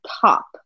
top